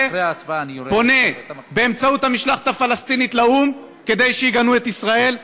פונה באמצעות המשלחת הפלסטינית לאו"ם כדי שיגנו את ישראל,